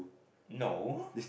no